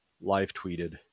live-tweeted